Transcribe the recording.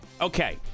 Okay